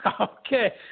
Okay